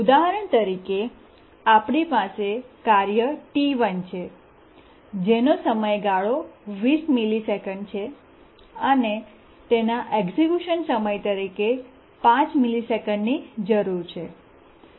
ઉદાહરણ તરીકે આપણી પાસે કાર્ય T1 છે જેનો સમયગાળો 20 મિલિસેકન્ડ છે અને તેના એક્ઝેક્યુશન સમય તરીકે 5 મિલિસેકન્ડની જરૂર છે